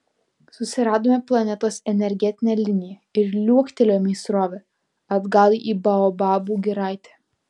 susiradome planetos energetinę liniją ir liuoktelėjome į srovę atgal į baobabų giraitę